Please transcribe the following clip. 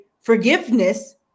forgiveness